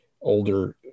older